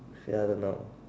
say I don't know